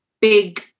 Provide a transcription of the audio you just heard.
big